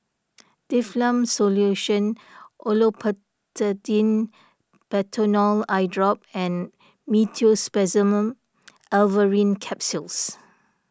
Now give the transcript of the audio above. Difflam Solution Olopatadine Patanol Eyedrop and Meteospasmyl Alverine Capsules